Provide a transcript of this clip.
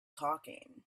talking